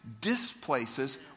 displaces